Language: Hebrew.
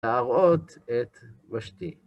להראות את ושתי.